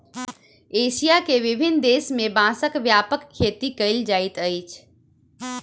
Asia के विभिन्न देश में बांसक व्यापक खेती कयल जाइत अछि